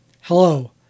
Hello